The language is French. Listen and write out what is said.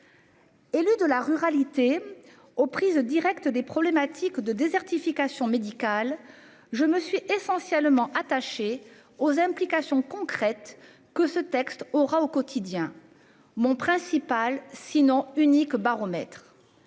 Élu de la ruralité au prise directe des problématiques de désertification médicale. Je me suis essentiellement attachée aux implications concrètes que ce texte aura au quotidien. Mon principal sinon unique baromètre.